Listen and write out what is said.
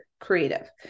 creative